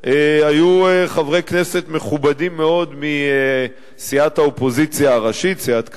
היו חברי כנסת מכובדים מאוד מסיעת האופוזיציה הראשית: סיעת קדימה,